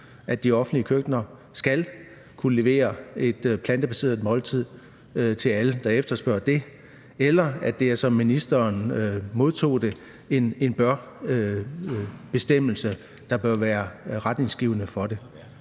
at de offentlige køkkener skal kunne levere et plantebaseret måltid til alle, der efterspørger det, eller om det skal være, som ministeren sagde det, en »bør«-bestemmelse, der bør være retningsgivende for det.